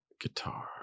Guitar